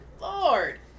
Lord